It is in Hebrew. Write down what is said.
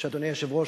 ואדוני היושב-ראש,